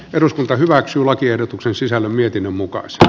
eduskunta hyväksyy lakiehdotuksen sisällön mietinnön mukaisesti